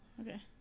okay